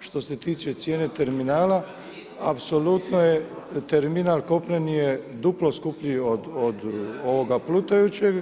Što se tiče cijene terminala, apsolutno je, terminal kopneni je duplo skuplji od plutajućeg